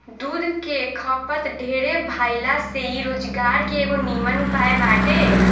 दूध के खपत ढेरे भाइला से इ रोजगार के एगो निमन उपाय बाटे